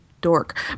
dork